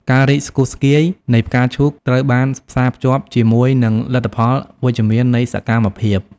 ការរីកស្គុះស្គាយនៃផ្កាឈូកត្រូវបានផ្សារភ្ជាប់ជាមួយនឹងលទ្ធផលវិជ្ជមាននៃសកម្មភាព។